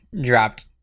dropped